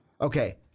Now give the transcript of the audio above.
okay